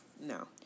no